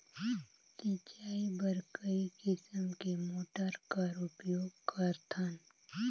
सिंचाई बर कई किसम के मोटर कर उपयोग करथन?